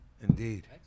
Indeed